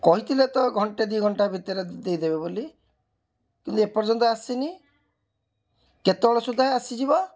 କହିଥିଲେ ତ ଘଣ୍ଟେ ଦୁଇ ଘଣ୍ଟା ଭିତରେ ଦେଇ ଦେବେ ବୋଲି କିନ୍ତୁ ଏ ପର୍ଯ୍ୟନ୍ତ ଆସିନି କେତେବେଳ ସୁଦ୍ଧା ଆସିଯିବ